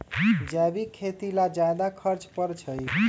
जैविक खेती ला ज्यादा खर्च पड़छई?